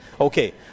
Okay